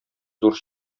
зур